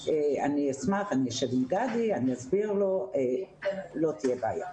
לא תהיה בעיה.